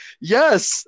yes